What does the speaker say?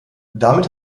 damit